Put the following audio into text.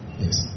yes